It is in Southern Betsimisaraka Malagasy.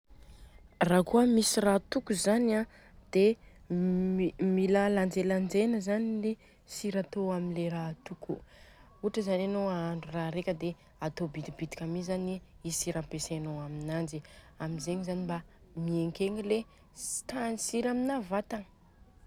Ra kôa misy raha atoko zany an de mila lanjelanjena zany ny sira atô amin'ny raha atoko. Ohatra zany anô ahandro raha reka dia atô bitibitika mi zany i sira ampiasainô aminanjy, amzegny zany mba mienkegna i tahan'ny sira amina vatagna.